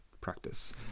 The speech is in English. practice